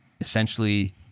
essentially